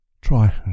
try